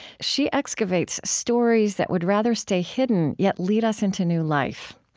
she excavates stories that would rather stay hidden yet lead us into new life.